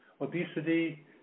obesity